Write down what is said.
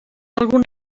algun